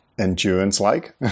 endurance-like